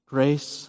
Grace